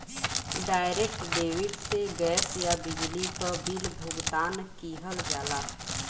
direct debit से gas या बिजली क बिल भुगतान किहल जाला